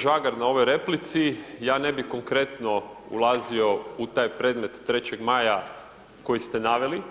Hvala g. Žagar na ovoj replici, ja ne bi konkretno ulazio u taj predmet Trećeg maja koji ste naveli,